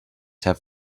have